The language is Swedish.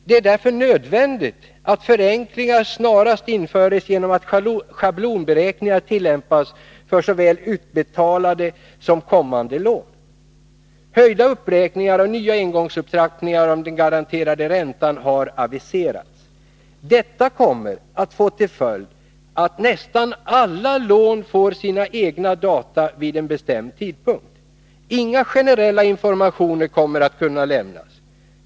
Det är därför nödvändigt, att förenklingar snarast införes genom att schablonberäkningar tillämpas för såväl utbetalade som kommande lån. Höjda uppräkningar och nya engångsupptrappningar av den garanterade räntan har aviserats. Detta kommer att få till följd att nästan alla lån får sina egna data vid en bestämd tidpunkt. Inga generella informationer kommer att kunna lämnas.